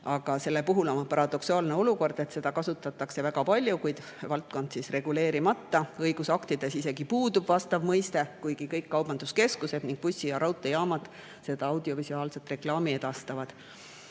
puhul on paradoksaalne olukord, et seda kasutatakse väga palju, kuid valdkond on reguleerimata, õigusaktides isegi puudub vastav mõiste, kuigi kõik kaubanduskeskused ning bussi‑ ja raudteejaamad seda edastavad.